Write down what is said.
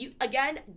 again